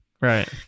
right